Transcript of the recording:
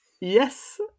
Yes